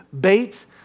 Bait